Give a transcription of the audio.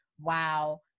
wow